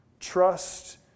Trust